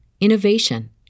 innovation